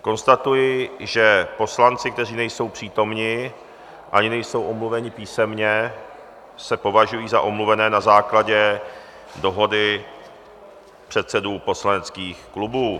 Konstatuji, že poslanci, kteří nejsou přítomni ani nejsou omluveni písemně, se považují za omluvené na základě dohody předsedů poslaneckých klubů.